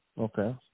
Okay